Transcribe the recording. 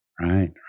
Right